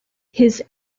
his